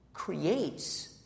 Creates